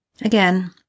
Again